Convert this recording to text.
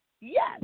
Yes